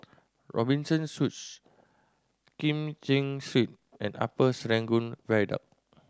Robinson Suites Kim Cheng Street and Upper Serangoon Viaduct